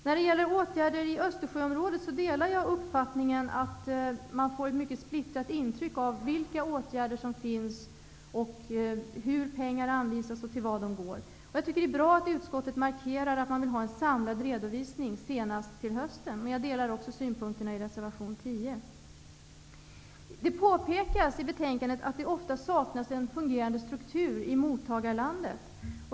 När det gäller åtgärder i Östersjöområdet delar jag uppfattningen att man får ett mycket splittrat intryck av vilka åtgärder som vidtas, hur pengar används och till vad de går. Det är bra att utskottet markerar att man vill ha en samlad redovisning senast till hösten. Jag delar också synpunkterna i reservation 10. Det påpekas i betänkandet att det ofta saknas en fungerande stuktur i mottagarlandet.